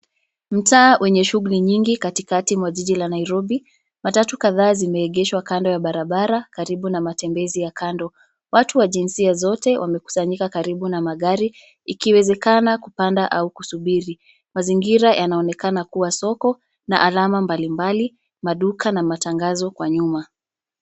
Mtaa wenye shughuli nyingi katikati mwa Jiji la Nairobi. Matatu kadhaa zimeegeshwa kando ya barabara karibu na matembezi ya kando. Watu wa jinsia zote wamekusanyika karibu na magari, ikiwezekana kupanda au kusubiri. Mazingira yanaonekana kuwa soko na alama mbalimbali, maduka na matangazo kwa nyuma.